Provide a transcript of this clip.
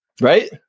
right